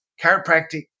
chiropractic